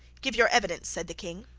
give your evidence said the king.